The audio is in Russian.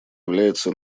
является